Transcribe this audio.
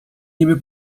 niby